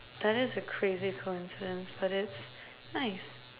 that is a crazy coincidence but it's nice